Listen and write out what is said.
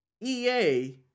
EA